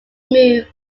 move